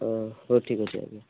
ହଁ ହୋଉ ଠିକ ଅଛି ଆଜ୍ଞା